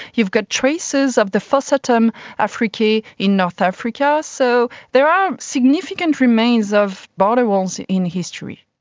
you've got traces of the fossatum africae in north africa, so there are significant remains of border walls in history.